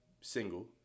single